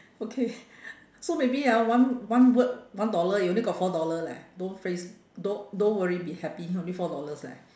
okay so maybe ah one one word one dollar you only got four dollar leh don't phrase don't don't worry be happy only four dollars leh